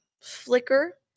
flicker